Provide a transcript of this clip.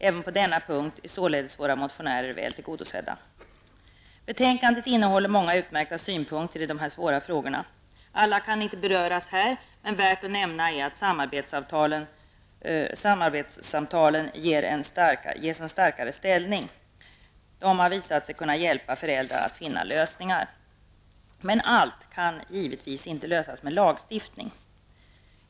Även på denna punkt är således våra motionärer väl tillgodosedda. Betänkandet innehåller många utmärkta synpunkter i dessa svåra frågor. Alla kan inte beröras här, men värt att nämna är att samarbetssamtalen ges en starkare ställning. De har visat sig kunna hjälpa föräldrar att finna lösningar. Men allt kan givetvis inte lösas med lagstiftning.